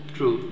True